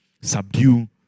subdue